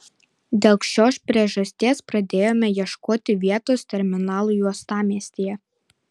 dėl šios priežasties pradėjome ieškoti vietos terminalui uostamiestyje